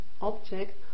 object